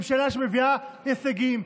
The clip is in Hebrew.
ממשלה שמביאה הישגים,